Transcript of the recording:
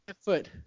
foot